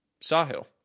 Sahil